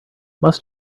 must